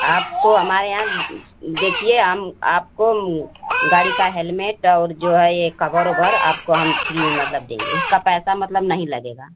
आपको हमारे यहाँ देखिए हम आपको गाड़ी का हेलमेट और जो है कवर उवर आपको हम फ्री में मतलब देंगे उसका पैसा मतलब नहीं लगेगा